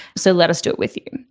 so let us do it with you.